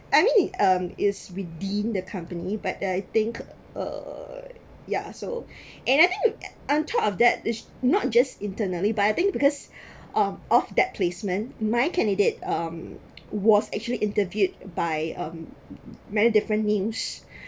I mean um it's within the company but I think uh yeah so and I think on top of that it's not just internally by I think because of of that placement my candidate um was actually interviewed by um many different news